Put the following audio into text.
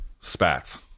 spats